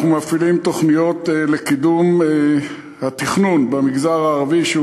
אנחנו מפעילים תוכניות לקידום התכנון במגזר הערבי,